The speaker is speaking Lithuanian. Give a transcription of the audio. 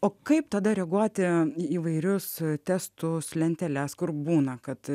o kaip tada reaguoti į įvairius testus lenteles kur būna kad